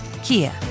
Kia